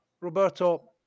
roberto